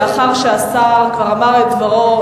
לאחר שהשר כבר אמר את דברו,